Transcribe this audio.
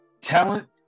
Talent